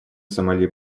сомали